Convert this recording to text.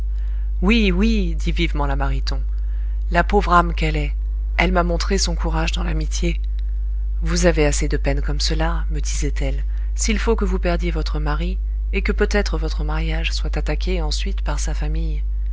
oui oui dit vivement la mariton la pauvre âme qu'elle est elle m'a montré son courage dans l'amitié vous avez assez de peine comme cela me disait-elle s'il faut que vous perdiez votre mari et que peut-être votre mariage soit attaqué ensuite par sa famille